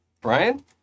brian